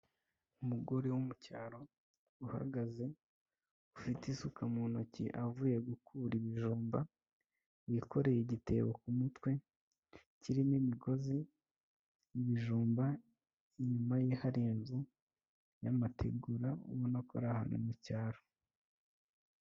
Umugore wo mu cyaro uhagaze ufite isuka mu ntoki avuye gukura ibijumba yikoreye igitebo ku mutwe kirimo imigozi y'ibijumba inyuma ye hari inzu y'amategura urabonako ari ahantu mu cyaro.